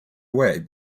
away